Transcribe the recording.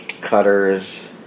cutters